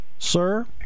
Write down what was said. Sir